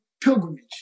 pilgrimage